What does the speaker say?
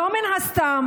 לא סתם